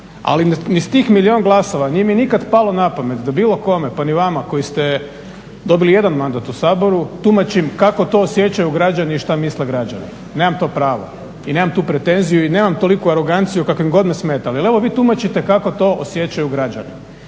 Ali ni s tih milijun glasova nije mi nikada palo na pamet da bilo kome pa ni vama koji ste dobili jedan mandat u Saboru tumačim kako to osjećaju građani i šta misle građani. Nemam to pravo i nemam tu pretenziju i nemam toliku aroganciju kako god me smetale, ali evo vi tumačite kako to osjećaju građani.